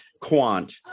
Quant